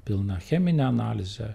pilna cheminė analizė